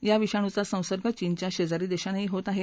या विषाणूचा संसर्ग चीनच्या शेजारी देशांनाही होत आहे